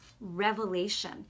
revelation